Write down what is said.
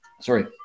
sorry